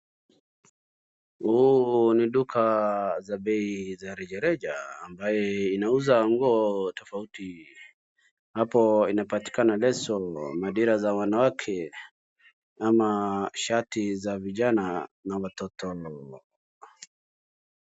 Huu ni duka za bei za rejareja, ambaye inauza nguo tofauti. Hapo inapatikana leso, madera za wanawake ama shati za vijana na watoto.